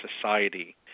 Society